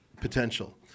potential